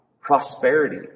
prosperity